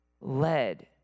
led